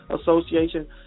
Association